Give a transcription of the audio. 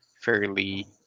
fairly